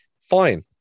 Fine